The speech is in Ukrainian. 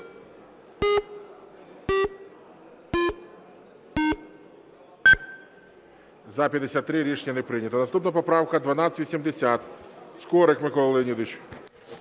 За-53 Рішення не прийнято. Наступна поправка 1280. Скорик Микола Леонідович.